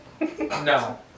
No